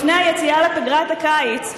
לפני היציאה לפגרת הקיץ,